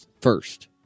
first